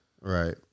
Right